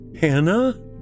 Hannah